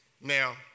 now